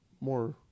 more